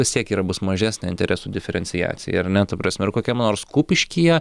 vis tiek yra bus mažesnė interesų diferenciacija ir ne ta prasme ir kokiam nors kupiškyje